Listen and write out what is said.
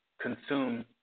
consume